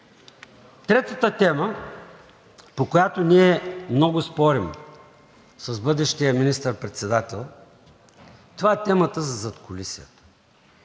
Третата тема, по която ние много спорим с бъдещия министър-председател, това е темата за задкулисието.